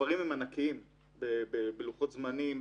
המספרים הם ענקיים בלוחות זמנים,